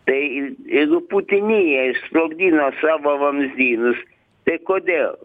tai jeigu putinija išsprogdino savo vamzdynus tai kodėl